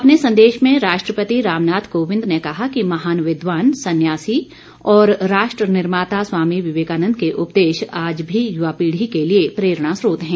अपने संदेश में राष्ट्रपति कोविंद ने कहा कि महान विद्वान संन्यासी और राष्ट्र निर्माता स्वामी विवेकानन्द के उपदेश आज भी युवा पीढ़ी के लिए प्रेरणास्रोत हैं